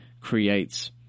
creates